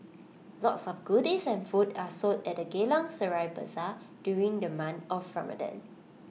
lots of goodies and food are sold at the Geylang Serai Bazaar during the month of Ramadan